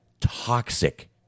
toxic